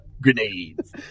Grenades